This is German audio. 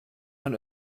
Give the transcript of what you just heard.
man